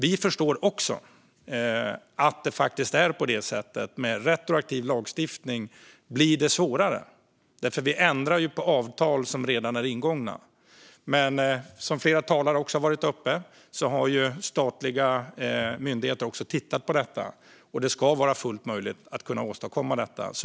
Vi förstår också att det blir svårare med retroaktiv lagstiftning därför att vi ändrar på avtal som redan är ingångna. Men som flera talare har sagt har statliga myndigheter tittat på detta, och det ska vara fullt möjligt att åstadkomma.